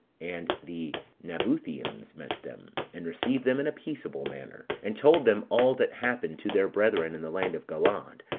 and the nabutheans met them, and received them in a peaceable manner, and told them all that happened to their brethren in the land of galaad,